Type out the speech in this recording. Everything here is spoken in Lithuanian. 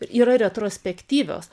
yra retrospektyvios